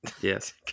Yes